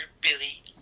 Billy